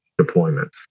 deployments